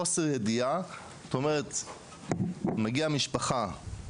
חוסר ידיעה, זאת אומרת, מגיעה משפחה, חברים,